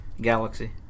Galaxy